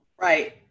Right